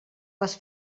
les